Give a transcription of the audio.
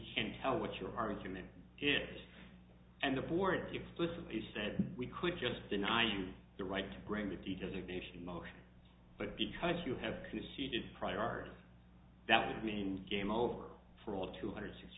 can tell what your argument is and the board explicitly said we could just deny you the right to bring the details of nation motion but because you have conceded prior art that would mean game over for all of two hundred six